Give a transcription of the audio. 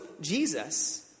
Jesus